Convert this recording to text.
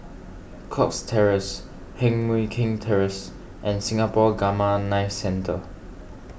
Cox Terrace Heng Mui Keng Terrace and Singapore Gamma Knife Centre